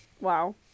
Wow